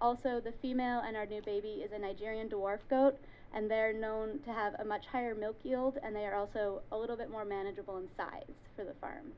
also the female and our new baby is a nigerian dwarf goat and they're known to have a much higher milk yield and they are also a little bit more manageable inside for the farm